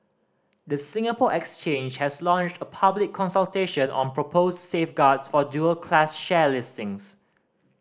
the Singapore Exchange has launched a public consultation on proposed safeguards for dual class share listings